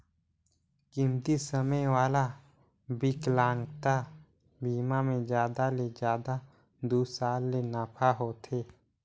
कमती समे वाला बिकलांगता बिमा मे जादा ले जादा दू साल ले नाफा होथे